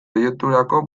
proiekturako